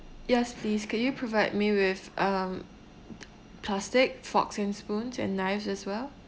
yes please can you provide me with um plastic forks and spoons and knives as well